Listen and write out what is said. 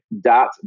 dot